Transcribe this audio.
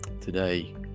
today